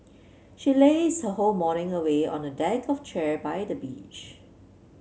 she lazed her whole morning away on a deck of chair by the beach